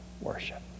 worship